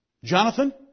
Jonathan